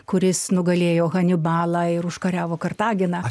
kuris nugalėjo hanibalą ir užkariavo kartaginą